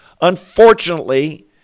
Unfortunately